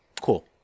Cool